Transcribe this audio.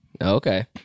Okay